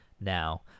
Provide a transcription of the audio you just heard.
now